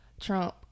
trump